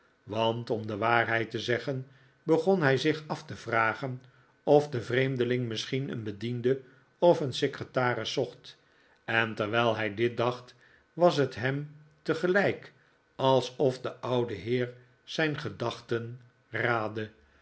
want om de waaarheid te zeggen begon hij zich af te vragen of de vreemdeling misschien een bediende of een secretaris zocht en terwijl hij dit dacht was het hem tegelijk alsof de oude heer zijn gedachten raadde